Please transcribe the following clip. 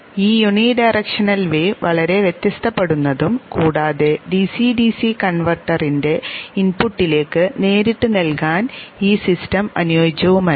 ഈ unidirectional wave വളരെ വ്യത്യസ്തപെടുന്നതും കൂടാതെ ഡിസി ഡിസി കൺവെർട്ടറിന്റെ ഇൻപുട്ടിലേക്ക് നേരിട്ട് നൽകാൻ ഈ സിസ്റ്റം അനുയോജ്യവുമല്ല